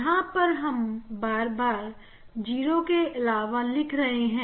यहां पर हम बार बार 0 के अलावा लिख रहे हैं